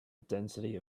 density